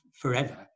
forever